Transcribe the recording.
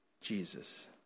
Jesus